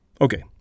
Okay